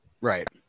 Right